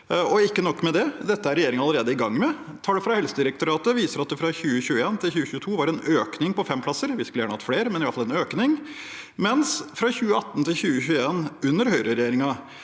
Dette er regjeringen allerede i gang med. Tall fra Helsedirektoratet viser at det fra 2021 til 2022 var en økning på fem plasser – vi skulle gjerne hatt flere, men det er iallfall en økning – mens det fra 2018 til 2021, under høyreregjeringen,